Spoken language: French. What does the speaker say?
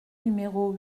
numéro